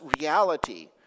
reality